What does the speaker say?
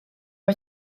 nhw